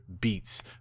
beats